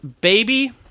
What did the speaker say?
Baby